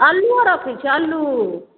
आलुओ रखै छिए अल्लू